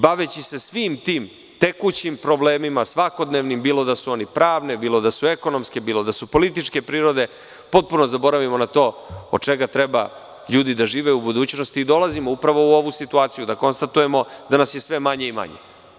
Baveći se svim tim tekućim problemima, svakodnevnim bilo da su oni pravne, ekonomske, političke prirode, potpuno zaboravimo na to od čega treba ljudi da žive u budućnosti i dolazimo u ovu situaciju da konstatujemo da nas je sve manje i manje.